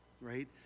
right